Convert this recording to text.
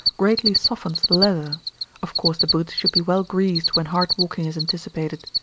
greatly softens the leather of course the boots should be well greased when hard walking is anticipated.